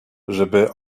żeby